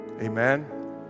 Amen